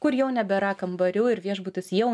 kur jau nebėra kambarių ir viešbutis jau